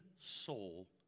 soul